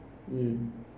mm